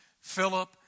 Philip